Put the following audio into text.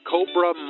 Cobra